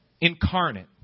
incarnate